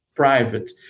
Private